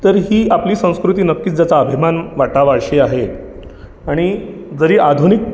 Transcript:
तर आपली ही संस्कृती नक्कीच ज्याचा अभिमान वाटावा अशी आहे आणि जरी आधुनिक